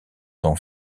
son